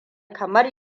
kamar